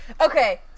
Okay